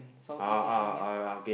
South East Asian Games